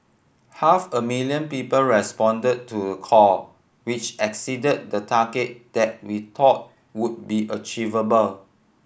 half a million people responded to the call which exceeded the target that we thought would be achievable